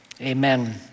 Amen